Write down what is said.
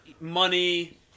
money